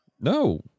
no